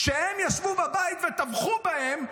כשהם ישבו בבית וטבחו בהם,